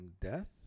death